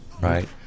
right